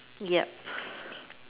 yup